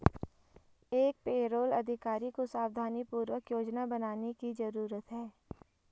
एक पेरोल अधिकारी को सावधानीपूर्वक योजना बनाने की जरूरत है